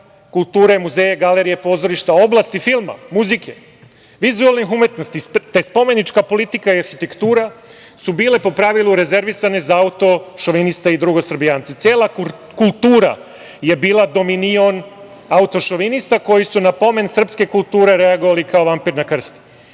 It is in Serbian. kulture, muzeja, galerija, pozorišta, oblasti filma, muzike, vizuelnih umetnosti, te spomenička politika i arhitektura su bile po pravilu rezervisane za autošoviniste i drugosrbijance. Cela kultura je bila dominion autošovinista koji su na pomen srpske kulture reagovali kao vampir na